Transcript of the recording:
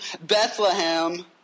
Bethlehem